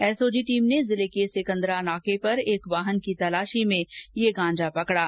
SOG team ने जिले के सिकन्दरा नाके पर एक वाहन की तलाशी में ये गांजा पकड़ा